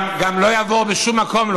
גם לא יעבור בשום מקום.